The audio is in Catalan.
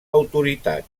autoritat